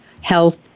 health